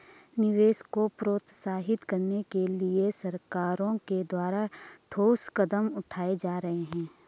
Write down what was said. निवेश को प्रोत्साहित करने के लिए सरकारों के द्वारा ठोस कदम उठाए जा रहे हैं